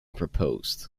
proposed